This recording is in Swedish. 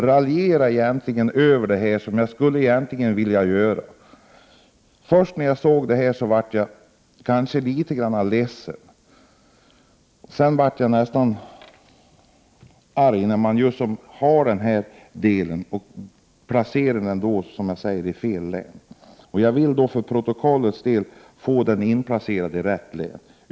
Jag vill inte raljera med detta förhållande, även om jag egentligen skulle vilja göra det. Först när jag läste detta blev jag litet ledsen, men sedan blev jag nästan arg över att näringsutskottet placerar denna gruva i fel län. Jag vill för protokollets skull placera gruvan i rätt län.